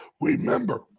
remember